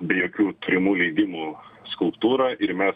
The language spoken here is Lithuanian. be jokių turimų leidimų skulptūrą ir mes